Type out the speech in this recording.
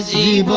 e. but